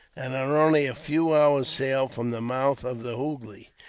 and are only a few hours' sail from the mouth of the hoogly.